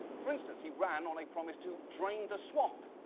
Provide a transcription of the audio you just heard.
for instance, he ran on a promise to drain the swamp,